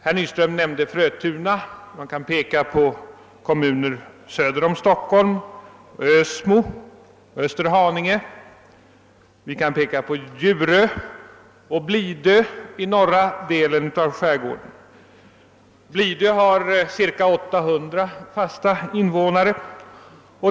Herr Nyström nämnde Frötuna och man kan peka på kommuner söder om Stockholm som Ösmo och Österhaninge. Man kan peka på Djurö i mellanskärgården och Blidö i norra delen av skärgården. Blidö har cirka 800 fasta invånare.